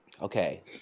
okay